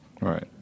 Right